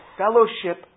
fellowship